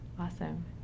Awesome